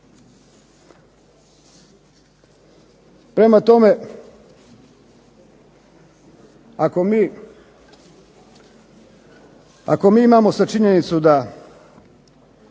Prema tome, ako mi imamo sad činjenicu da